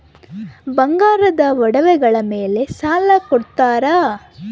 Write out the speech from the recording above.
ಬಂಗಾರದ ಒಡವೆಗಳ ಮೇಲೆ ಸಾಲ ಕೊಡುತ್ತೇರಾ?